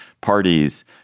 parties